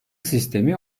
sistemi